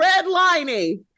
redlining